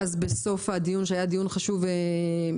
ואז בסוף הדיון כשהיה דיון חשוב ופורה